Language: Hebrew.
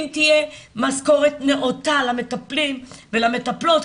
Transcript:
אם תהיה משכורות נאותה למטפלים ולמטפלות,